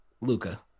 Luca